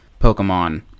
Pokemon